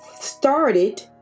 started